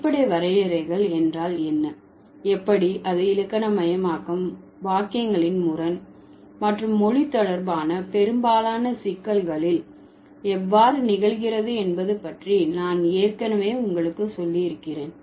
அடிப்படை வரையறைகள் என்றால் என்ன எப்படி அது இலக்கணமயமாக்கம் வாக்கியங்களின் முரண் மற்றும் மொழி தொடர்பான பெரும்பாலான சிக்கல்களில் எவ்வாறு நிகழ்கிறது என்பது பற்றி நான் ஏற்கனவே உங்களுக்கு சொல்லி இருக்கிறேன்